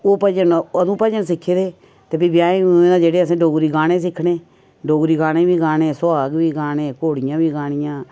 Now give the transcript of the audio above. ते ओह् भजन अदूं भजन सिक्खे दे हे ब्याहें ब्युहें च असें डोगरी गाने सिक्खने डोगरी गाने बी गाने सुहाग बी गाने घोड़ियां बी गानियां